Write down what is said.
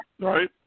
right